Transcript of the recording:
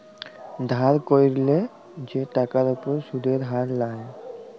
ধার ক্যইরলে যে টাকার উপর সুদের হার লায়